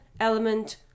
element